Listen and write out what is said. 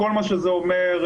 כל מה שזה אומר,